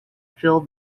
fill